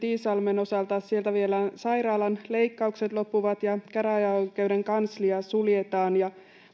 iisalmen osalta kun nyt sieltä sairaalan leikkaukset loppuvat ja käräjäoikeuden kanslia suljetaan